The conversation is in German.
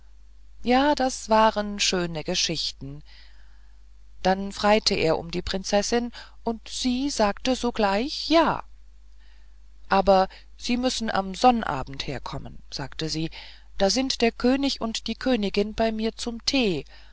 ja das waren schöne geschichten dann freite er um die prinzessin und sie sagte sogleich ja aber sie müssen am sonnabend herkommen sagte sie da sind der könig und die königin bei mir zum thee